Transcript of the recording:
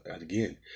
again